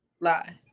lie